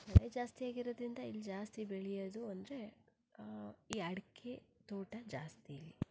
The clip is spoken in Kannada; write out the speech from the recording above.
ಮಳೆ ಜಾಸ್ತಿ ಆಗಿರೋದ್ರಿಂದ ಇಲ್ಲಿ ಜಾಸ್ತಿ ಬೆಳಿಯೋದು ಅಂದರೆ ಈ ಅಡಿಕೆ ತೋಟ ಜಾಸ್ತಿ ಇಲ್ಲಿ